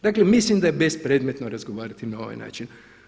Dakle, mislim da je bespredmetno razgovarati na ovaj način.